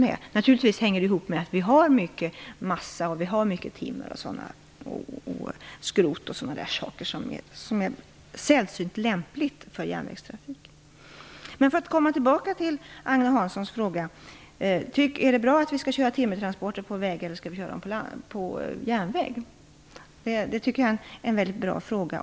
Detta hänger naturligtvis ihop med att vi har mycket massa, timmer, skrot och sådant som är särskilt lämpligt för järnvägstrafik. Jag skall nu komma tillbaka till Agne Hanssons fråga. Är det bra att köra timmertransporter på väg, eller skall de köras på järnväg? Det är en bra fråga.